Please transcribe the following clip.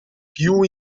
più